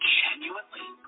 genuinely